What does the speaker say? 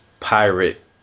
pirate